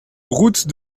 route